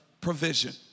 provision